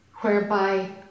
whereby